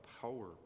power